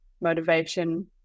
motivation